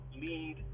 lead